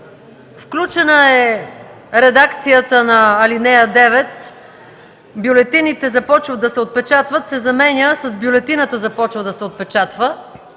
включена е редакцията на ал. 9 – „Бюлетините започват да се отпечатват” се заменя с „Бюлетината започва да се отпечатва”.